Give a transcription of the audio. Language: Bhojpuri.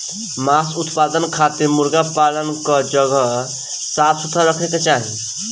मांस उत्पादन खातिर मुर्गा पालन कअ जगह साफ सुथरा रखे के पड़ी